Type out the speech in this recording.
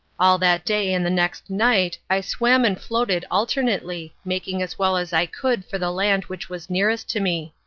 all that day and the next night i swam and floated alternately, making as well as i could for the land which was nearest to me.